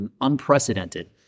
Unprecedented